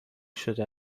شده